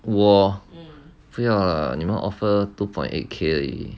我不要了你们 offer two point eight K 而已